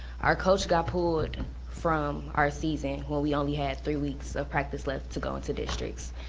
our coach got pulled from our season when we only had three weeks of practice left to go into districts.